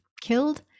killed